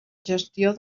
gestió